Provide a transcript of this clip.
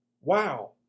wow